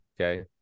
Okay